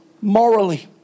morally